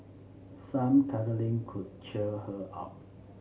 some cuddling could cheer her up